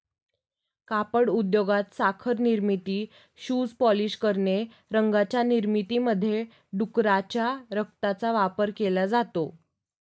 कापड उद्योगात, साखर निर्मिती, शूज पॉलिश करणे, रंगांच्या निर्मितीमध्ये डुकराच्या रक्ताचा वापर केला जातो